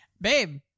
Babe